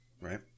right